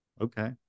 Okay